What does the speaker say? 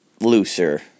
looser